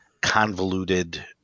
convoluted